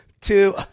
two